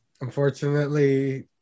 Unfortunately